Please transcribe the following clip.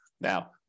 Now